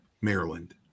Maryland